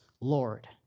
Lord